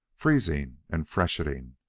freezing and fresheting,